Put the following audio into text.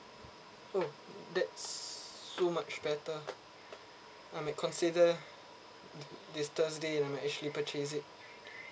oh that's so much better I might consider this thursday and I might actually purchase it